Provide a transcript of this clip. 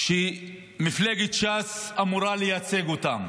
שמפלגת ש"ס אמורה לייצג אותן.